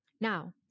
Now